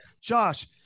josh